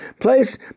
place